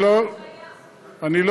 אז מדוע האפליה?